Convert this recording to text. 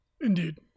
Indeed